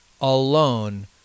alone